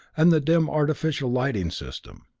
and the dim artificial lighting system.